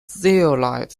zeolite